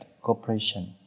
cooperation